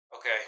Okay